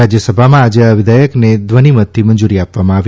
રાજયસભામાં આજે આ વિધેયકને ધ્વનિમતથી મંજૂરી આપવામાં આવી